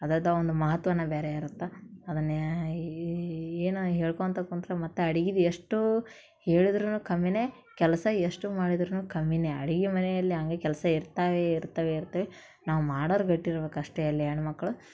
ಅದದೇ ಒಂದು ಮಹತ್ವನೇ ಬೇರೆ ಇರತ್ತೆ ಅದನ್ನೇ ಈ ಏನೋ ಹೇಳ್ಕೊತ ಕೂತ್ರೆ ಮತ್ತೆ ಅಡಿಗಿದು ಎಷ್ಟೋ ಹೇಳಿದ್ರೂ ಕಮ್ಮಿಯೇ ಕೆಲಸ ಎಷ್ಟು ಮಾಡಿದ್ರೂ ನೂ ಕಮ್ಮಿಯೇ ಅಡಿಗೆ ಮನೆಯಲ್ಲಿ ಹಂಗೆ ಕೆಲಸ ಇರ್ತವೆ ಇರ್ತವೆ ಇರ್ತವೆ ನಾವು ಮಾಡೋರು ಗಟ್ಟಿ ಇರ್ಬೇಕು ಅಷ್ಟೆ ಅಲ್ಲಿ ಹೆಣ್ಮಕ್ಳು